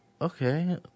okay